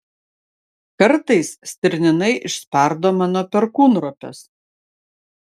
kartais stirninai išspardo mano perkūnropes